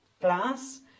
glass